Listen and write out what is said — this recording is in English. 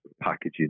packaging